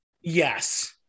Yes